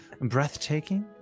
breathtaking